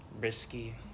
risky